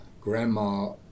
grandma